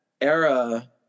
era